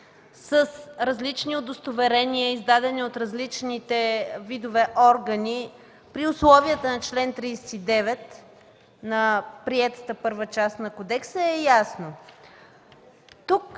с различни удостоверения, издадени от различните видове органи при условията на чл. 39 на приетата първа част на Кодекса е ясно.